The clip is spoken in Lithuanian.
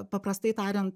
paprastai tariant